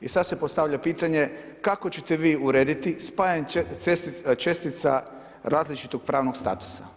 I sad se postavlja pitanje kako ćete vi urediti spajanje čestica različitog pravnog statusa.